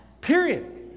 Period